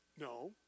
No